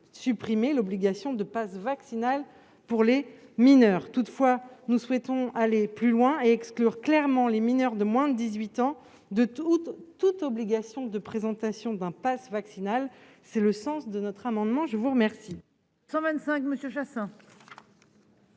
supprimé l'obligation de passe vaccinal pour les mineurs. Cependant, nous souhaitons aller plus loin et exclure clairement les mineurs de moins de 18 ans de toute obligation de présentation d'un passe vaccinal ou sanitaire. L'amendement n° 125 rectifié,